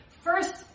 first